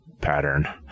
pattern